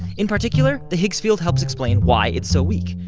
in particular, the higgs field helps explain why it's so weak.